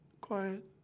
quiet